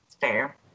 fair